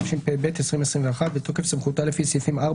התשפ"ב 2021 בתוקף סמכותה לפי סעיפים 4,